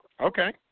Okay